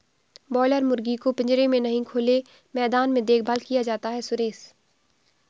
boiler मुर्गी को पिंजरे में नहीं खुले मैदान में देखभाल किया जाता है सुरेश